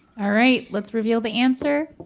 alright, let's reveal the answer.